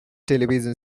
television